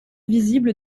visible